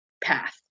path